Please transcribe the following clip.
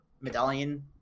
Medallion